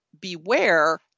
beware